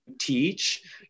teach